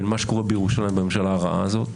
בין מה שקורה בירושלים בממשלה הרעה הזאת,